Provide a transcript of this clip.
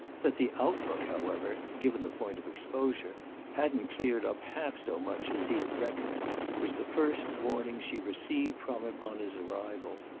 that the outlook, however given the point of exposure hadn't cleared up half so much as he had reckoned was the first warning she received from him on his arrival.